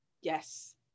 Yes